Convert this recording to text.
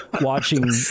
watching